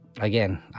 again